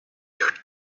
your